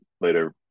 later